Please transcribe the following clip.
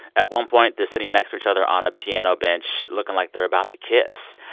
at one point, they're sitting next to each other on a piano bench, looking like they're about to kiss.